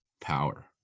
power